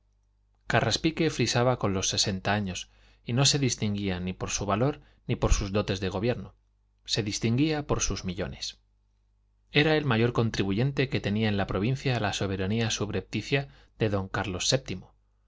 confesar carraspique frisaba con los sesenta años y no se distinguía ni por su valor ni por sus dotes de gobierno se distinguía por sus millones era el mayor contribuyente que tenía en la provincia la soberanía subrepticia de don carlos